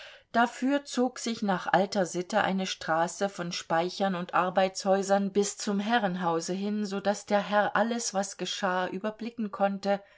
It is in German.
dafür zog sich nach alter sitte eine straße von speichern und arbeitshäusern bis zum herrenhause hin so daß der herr alles was geschah überblicken konnte